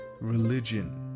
religion